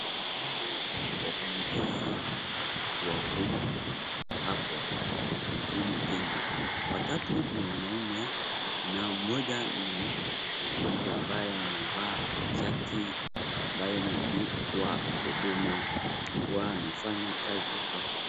Naona wafanyikazi wa huduma hapo nchini Kenya, watatu ni wanaume na mmoja ni mwanamke ambaye amevaa shati ambayo imeandikwa huduma, huwa anafanya kazi hapa.